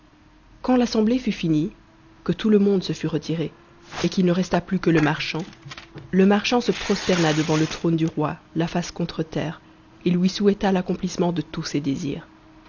quand l'assemblée fut finie que tout le monde se fut retiré et qu'it resta plus que le marchand le marchand se prosterna devant le trône du roi la face contre terre et lui souhaita l'accomplissement de tous ses désirs